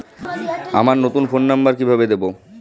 আমার নতুন phone number কিভাবে দিবো?